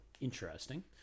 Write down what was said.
interesting